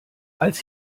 als